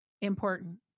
important